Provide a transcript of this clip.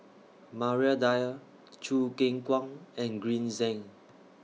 Maria Dyer Choo Keng Kwang and Green Zeng